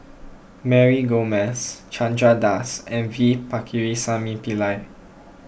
Mary Gomes Chandra Das and V Pakirisamy Pillai